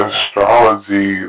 Astrology